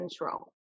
control